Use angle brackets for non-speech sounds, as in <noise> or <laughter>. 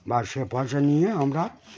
<unintelligible> <unintelligible> নিয়ে আমরা